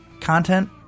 content